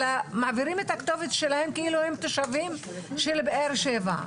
אלא מעבירים את הכתובת שלהם כאילו הם תושבים של באר שבע.